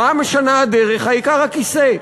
מה משנה הדרך, העיקר הכיסא.